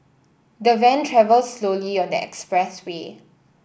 the van travelled slowly on the expressway